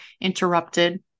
interrupted